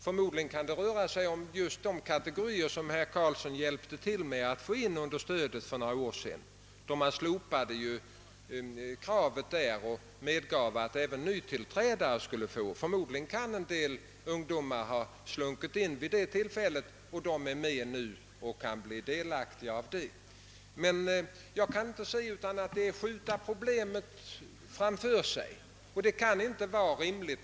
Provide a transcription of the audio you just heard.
Förmodligen rör det sig om just de kategorier som herr Karlsson hjälpte till att få in under stödet för några år sedan. Den gången slopade man tidigare gällande begränsning och medgav att även nytillträdande skulle få stöd. Förmodligen kan en del ungdomar ha slunkit in vid det tillfället och de blir alltså inte delaktiga av stödet. Jag kan inte se att det är rimligt att skjuta problemet framåt i tiden.